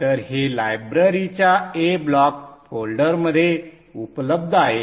तर हे लायब्ररीच्या A ब्लॉक फोल्डरमध्ये उपलब्ध आहे